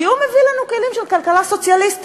כי הוא מביא לנו כלים של כלכלה סוציאליסטית.